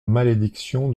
malédiction